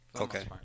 Okay